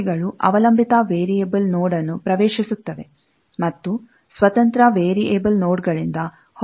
ಶಾಖೆಗಳು ಅವಲಂಬಿತ variable node ನ್ನು ಪ್ರವೇಶಿಸುತ್ತವೆ ಮತ್ತು ಸ್ವತಂತ್ರ ವೇರಿಯೆಬಲ್ ನೋಡ್ ಗಳಿಂದ ಹೊರ ಹೊಮ್ಮುತ್ತವೆ